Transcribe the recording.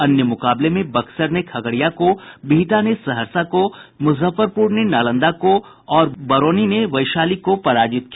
अन्य मुकाबले में बक्सर ने खगड़िया को बिहटा ने सहरसा को मुजफ्फरपुर ने नालंदा को और बरौनी ने वैशाली को पराजित किया